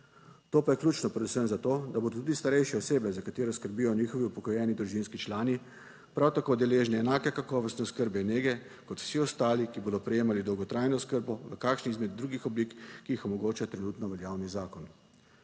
To pa je ključno predvsem zato, da bodo tudi starejše osebe, za katere skrbijo njihovi upokojeni družinski člani, prav tako deležni enake kakovosti oskrbe in nege kot vsi ostali, ki bodo prejemali dolgotrajno oskrbo v kakšni izmed drugih oblik, ki jih omogoča trenutno veljavni zakon.